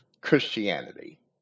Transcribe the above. Christianity